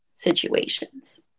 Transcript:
situations